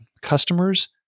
customers